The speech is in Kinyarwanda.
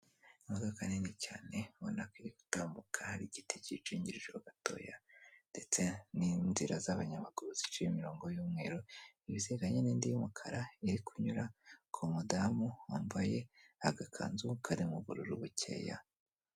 Imodoka nini cyane ubona ko iri gutambuka hari igiti kiyikingirije ho gatoya ndetse n'inzira z'abanyamaguru ziciye imirongo y'umweru, hari n'indi y'umukara iri kunyura ku mudamu wambaye agakanzu karimo bururu bukeya.